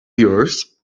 yours